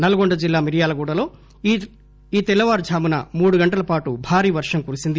నల్లొండ జిల్లా మిర్యాల గూడ లో ఈరోజు తెల్లవారు ర్మూమున మూడు గంటల పాటు భారీ వర్గం కురిసింది